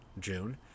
June